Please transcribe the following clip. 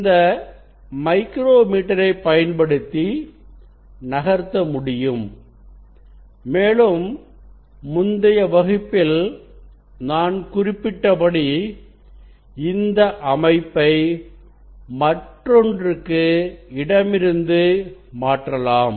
இந்த மைக்ரோமீட்டரைப் பயன்படுத்தி நகர்த்த முடியும் மேலும் முந்தைய வகுப்பில் நான் குறிப்பிட்டபடி இந்த அமைப்பை மற்றொன்றுக்கு இடமிருந்து மாற்றலாம்